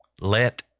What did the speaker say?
Let